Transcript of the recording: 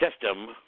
system